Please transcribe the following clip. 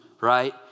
right